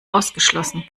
ausgeschlossen